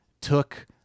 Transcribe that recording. took